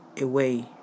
away